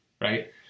right